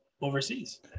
Overseas